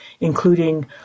including